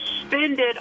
suspended